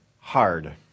hard